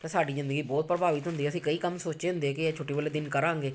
ਅਤੇ ਸਾਡੀ ਜ਼ਿੰਦਗੀ ਬਹੁਤ ਪ੍ਰਭਾਵਿਤ ਹੁੰਦੀ ਅਸੀਂ ਕਈ ਕੰਮ ਸੋਚੇ ਹੁੰਦੇ ਕਿ ਇਹ ਛੁੱਟੀ ਵਾਲੇ ਦਿਨ ਕਰਾਂਗੇ